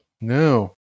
No